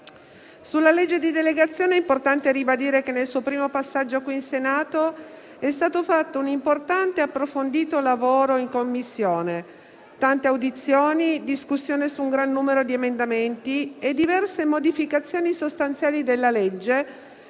Sulla legge di delegazione è importante ribadire che nel suo primo passaggio in Senato è stato fatto un importante e approfondito lavoro in Commissione: tante audizioni, discussione su un gran numero di emendamenti e diverse modificazioni sostanziali del testo